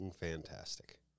fantastic